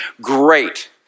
great